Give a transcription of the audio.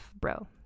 bro